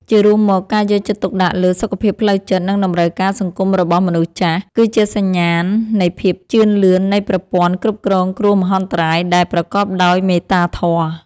ជារួមមក ការយកចិត្តទុកដាក់លើសុខភាពផ្លូវចិត្ត និងតម្រូវការសង្គមរបស់មនុស្សចាស់ គឺជាសញ្ញាណនៃភាពជឿនលឿននៃប្រព័ន្ធគ្រប់គ្រងគ្រោះមហន្តរាយដែលប្រកបដោយមេត្តាធម៌។